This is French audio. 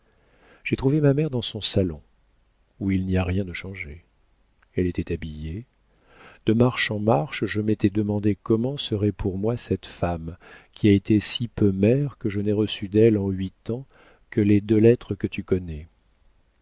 j'ai trouvé ma mère dans son salon où il n'y a rien de changé elle était habillée de marche en marche je m'étais demandé comment serait pour moi cette femme qui a été si peu mère que je n'ai reçu d'elle en huit ans que les deux lettres que tu connais